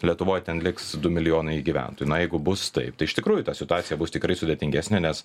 lietuvoj ten liks du milijonai gyventojų na jeigu bus taip tai iš tikrųjų ta situacija bus tikrai sudėtingesnė nes